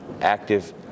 active